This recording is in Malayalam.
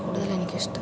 കൂടുതൽ എനിക്കിഷ്ടം